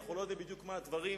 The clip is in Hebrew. אנחנו לא יודעים בדיוק מה הדברים,